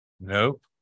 nope